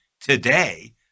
today